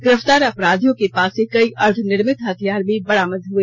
गिरफ्तार अपराधियों के पास से कई अर्द्वनिर्मित हथियार भी बरामद हुए